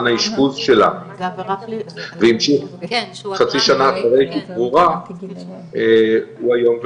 האשפוז שלה והמשיך חצי שנה אחרי שהיא שוחררה הוא איום ונורא.